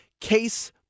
Case